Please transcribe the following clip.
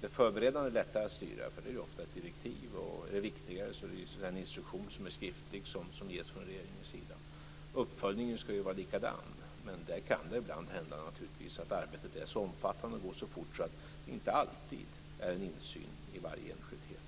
Det förberedande är lättare att styra därför att där finns det ofta ett direktiv. Är det fråga om någonting viktigare finns det en skriftlig instruktion som ges från regeringens sida. Uppföljningen ska ju vara likadan men det kan naturligtvis hända att arbetet är så omfattande och går så fort att det inte alltid är insyn i varje enskildhet.